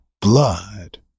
blood